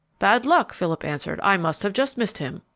bad luck! philip answered. i must have just missed him.